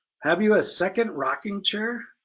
have you a second rocking chair?